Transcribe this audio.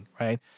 right